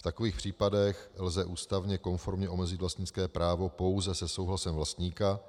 V takových případech lze ústavně konformně omezit vlastnické právo pouze se souhlasem vlastníka.